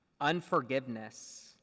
unforgiveness